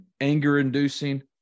anger-inducing